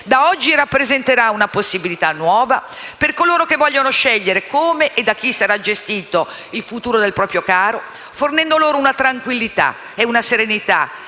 da oggi rappresenterà una possibilità nuova per coloro che vogliono scegliere come e da chi sarà gestito il futuro del proprio caro, fornendo loro una tranquillità e una serenità